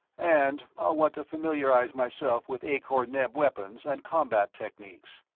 and i'll want to familiarize myself with akor-neb weapons and combat techniques.